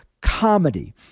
comedy